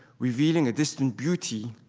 revealing a distant beauty,